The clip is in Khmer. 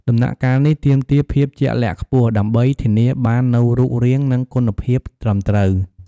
ដំណាក់កាលនេះទាមទារភាពជាក់លាក់ខ្ពស់ ដើម្បីធានាបាននូវរូបរាង និងគុណភាពត្រឹមត្រូវ។